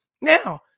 Now